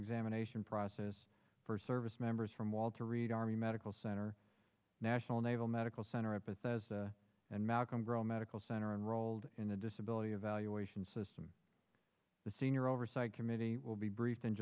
examination process for service members from walter reed army medical center national naval medical center at bethesda and malcolm grow medical center and rolled in a disability evaluation system a senior oversight committee will be briefed in